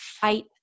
fight